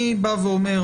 אני בא ואומר,